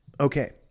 okay